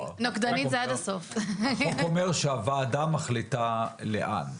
החוק אומר שהוועדה מחליטה לאן.